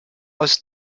aus